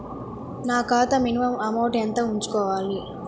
నా ఖాతా minimum amount ఎంత ఉంచుకోవాలి?